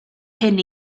hyn